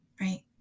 right